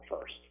first